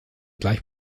gleich